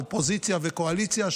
אופוזיציה וקואליציה,